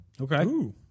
Okay